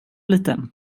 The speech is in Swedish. lite